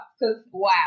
wow